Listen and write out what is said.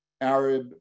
Arab